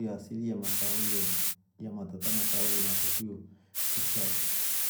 Asili yama sahoyo na yamatata na shekuyo ni kishaka.